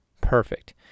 Perfect